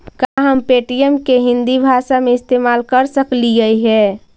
का हम पे.टी.एम के हिन्दी भाषा में इस्तेमाल कर सकलियई हे?